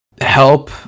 help